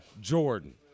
Jordan